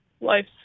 life